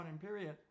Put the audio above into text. period